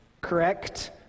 Correct